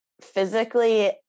physically